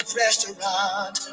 restaurant